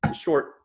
Short